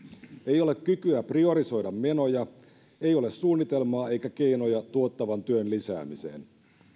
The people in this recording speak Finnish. ei ole kykyä priorisoida menoja ei ole suunnitelmaa eikä keinoja tuottavan työn lisäämiseen